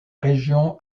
région